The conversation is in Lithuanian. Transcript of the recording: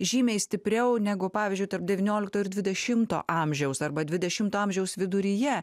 žymiai stipriau negu pavyzdžiui tarp devyniolikto ir dvidešimto amžiaus arba dvidešimto amžiaus viduryje